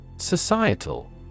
Societal